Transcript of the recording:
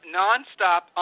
nonstop